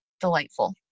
delightful